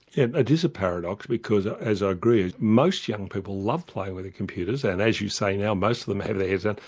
it it is a paradox because, ah i ah agree, most young people love playing with computers and, as you say, now most of them have their heads and